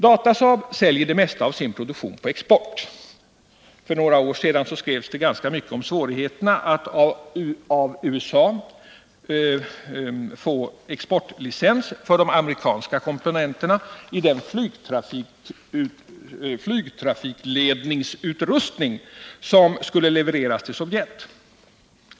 Datasaab säljer det mesta av sin produktion på export. För några år sedan skrevs det ganska mycket om företagets svårigheter när det gällde att av USA få exportlicens för de amerikanska komponenterna i den flygtrafikledningsutrustning som man skulle leverera till Sovjet.